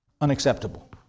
unacceptable